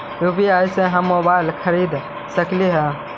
UPI से हम mobile खरिद सकलिऐ है